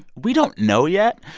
we don't know yet.